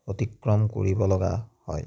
অতিক্ৰম কৰিব লগা হয়